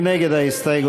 מי נגד ההסתייגות?